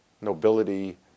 nobility